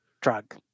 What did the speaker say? drug